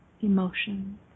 emotions